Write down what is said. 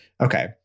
Okay